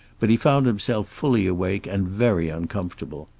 but he found himself fully awake and very uncomfortable.